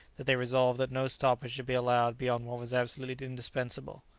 that they resolved that no stoppage should be allowed beyond what was absolutely indispensable.